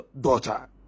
daughter